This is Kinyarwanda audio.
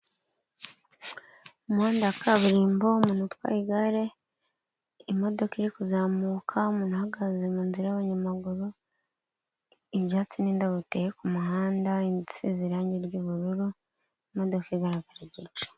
Umuhanda wa kaburimbo, umuntu utwaye igare, imodoka iri kuzamuka ,umuntu uhagaze mu nzira y'abanyamaguru, ibyatsi n'indabo biteye ku muhanda inzu isize irange ry'ubururu, imodoka igaragara igice.